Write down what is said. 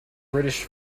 british